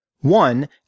One